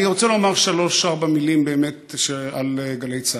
אני רוצה לומר שלוש-ארבע מילים על גלי צה"ל.